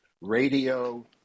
radio